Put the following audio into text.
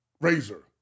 Razor